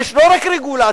יש לא רק רגולציה.